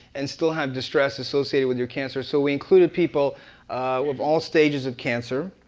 and still have distress associated with your cancer. so we included people with all stages of cancer.